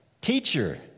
Teacher